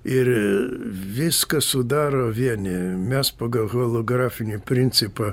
ir viskas sudaro vienį mes pagal holografinį principą